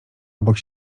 obok